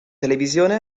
televisione